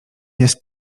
jest